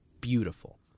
beautiful